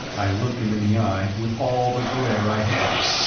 i looked him in the eye with all the glare i had.